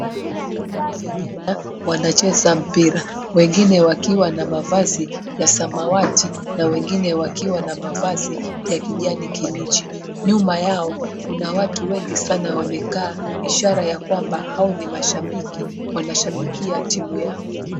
Vijana wanacheza mpira wengine wakiwa na mavazi ya samawati na wengine wakiwa na mavazi ya kijani kibichi. Nyuma yao kuna watu wengi sana wamekaa ishara ya kwamba hao ni mashabiki wanashabikia timu yao.